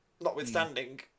notwithstanding